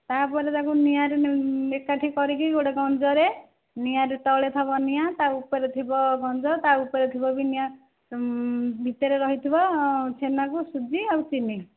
ତା'ପରେ ତାକୁ ନିଆଁରେ ଏକାଠି କରିକି ଗୋଟେ ଗଞ୍ଜରେ ନିଆଁରେ ତଳେ ଥିବ ନିଆଁ ତା ଉପରେ ଥିବ ଗଞ୍ଜ ତା ଉପରେ ଥିବ ବି ନିଆଁ ଭିତରେ ରହିଥିବ ଛେନାକୁ ସୁଜି ଆଉ ଚିନି